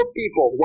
people